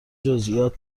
جزییات